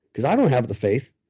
because i don't have the faith.